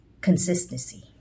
consistency